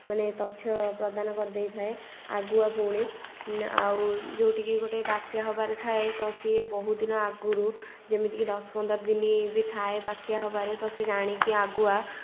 ମାନେ ତଥ୍ୟ ପ୍ରଦାନ କରି ଦେଇଥାଏ ଆଗୁଆ ପୁଣି ଆଉ ଯେଉଁଠି କି ଗୋଟେ ବାତ୍ୟା ହେବାର ଥାଏ ତ ସିଏ ବହୁତ ଦିନ ଆଗରୁ ଯେମିତିକି ଦଶ ପନ୍ଦର ଦିନ ବି ଥାଏ ବାତ୍ୟା ହେବାରେ ତ ସେ ଜାଣିକି ଆଗୁଆ